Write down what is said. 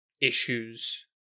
issues